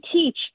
teach